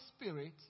Spirit